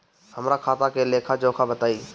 हमरा खाता के लेखा जोखा बताई?